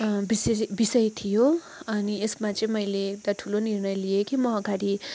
विषय थियो अनि यसमा चाहिँ मैले एउटा ठुलो निर्णय लिएँ कि म अगाडि